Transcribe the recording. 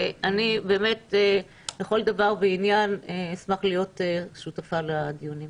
ואני באמת בכל דבר ועניין אשמח להיות שותפה לדיונים.